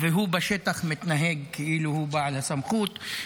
ובשטח הוא מתנהג כאילו הוא בעל הסמכות,